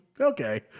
Okay